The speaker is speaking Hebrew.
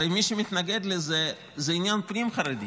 הרי מי שמתנגד לזה זה עניין פנים-חרדי,